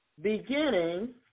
Beginning